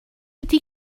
ydy